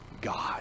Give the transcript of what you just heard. God